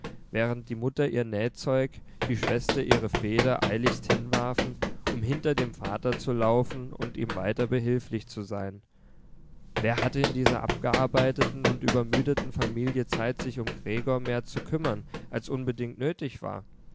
während die mutter ihr nähzeug die schwester ihre feder eiligst hinwarfen um hinter dem vater zu laufen und ihm weiter behilflich zu sein wer hatte in dieser abgearbeiteten und übermüdeten familie zeit sich um gregor mehr zu kümmern als unbedingt nötig war